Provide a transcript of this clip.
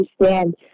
understand